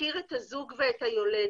שמכיר את הזוג ואת היולדת,